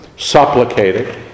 Supplicating